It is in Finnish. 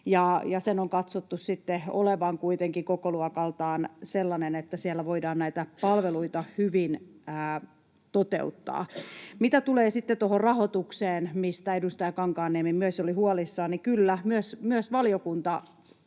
Sen on katsottu olevan kuitenkin kokoluokaltaan sellainen, että siellä voidaan näitä palveluita hyvin toteuttaa. Mitä tulee sitten tuohon rahoitukseen, mistä edustaja Kankaanniemi myös oli huolissaan: Kyllä, myös valiokunta